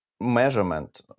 measurement